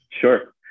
Sure